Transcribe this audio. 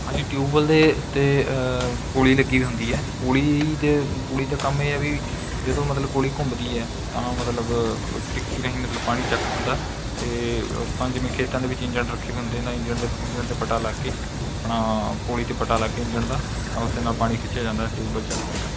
ਹਾਂਜੀ ਟਿਊਬਵੈੱਲ ਦੇ ਉੱਤੇ ਪੁਲ਼ੀ ਲੱਗੀ ਹੁੰਦੀ ਹੈ ਪੁਲ਼ੀ ਦੇ ਪੁਲ਼ੀ ਦਾ ਕੰਮ ਇਹ ਹੈ ਵੀ ਜਦੋਂ ਮਤਲਬ ਪੁਲ਼ੀ ਘੁੰਮਦੀ ਹੈ ਤਾਂ ਮਤਲਬ ਟਿੱਕੀ ਰਾਹੀਂ ਮਤਲਬ ਪਾਣੀ ਚੱਕ ਹੁੰਦਾ ਅਤੇ ਆਪਾਂ ਜਿਵੇਂ ਖੇਤਾਂ ਦੇ ਵਿੱਚ ਇੰਜਣ ਰੱਖੇ ਵੇ ਹੁੰਦੇ ਤਾਂ ਇੰਜਣ ਦੇ ਇੰਜਣ ਦੇ ਪਟਾ ਲੱਗ ਕੇ ਆਪਣਾ ਪੁਲ਼ੀ 'ਤੇ ਪਟਾ ਲੱਗ ਕੇ ਇੰਜਣ ਦਾ ਤਾਂ ਉਸਦੇ ਨਾਲ ਪਾਣੀ ਖਿੱਚਿਆ ਜਾਂਦਾ ਹੈ ਟਿਊਬਵੈੱਲ ਚੱਲ ਪੈਂਦਾ